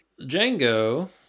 Django